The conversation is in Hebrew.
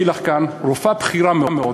אני אביא לך כאן: רופאה בכירה מאוד,